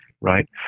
right